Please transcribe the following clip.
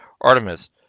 Artemis